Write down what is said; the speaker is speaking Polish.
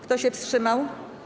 Kto się wstrzymał?